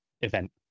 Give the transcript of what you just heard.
event